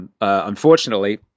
unfortunately